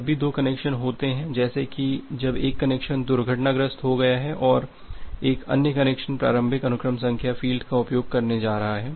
जब भी दो कनेक्शन होते हैं जैसे कि जब एक कनेक्शन दुर्घटनाग्रस्त हो गया है और एक अन्य कनेक्शन प्रारंभिक अनुक्रम संख्या फ़ील्ड का उपयोग करने जा रहा है